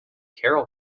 carol